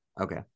Okay